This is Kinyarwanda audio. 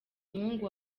umuhungu